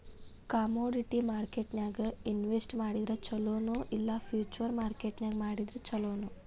Commodity ಮಾರ್ಕೆಟ್ನ್ಯಾಗ್ invest ಮಾಡಿದ್ರ ಛೊಲೊ ನೊ ಇಲ್ಲಾ ಫ್ಯುಚರ್ ಮಾರ್ಕೆಟ್ ನ್ಯಾಗ್ ಮಾಡಿದ್ರ ಛಲೊನೊ?